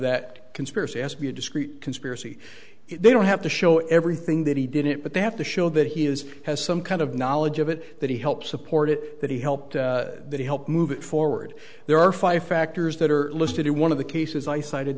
that conspiracy as be a discrete conspiracy if they don't have to show everything that he did it but they have to show that he is has some kind of knowledge of it that he helps support it that he helped that help move it forward there are five factors that are listed in one of the cases i cited